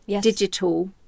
digital